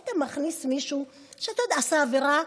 היית מכניס מישהו שאתה יודע שעשה עבירה?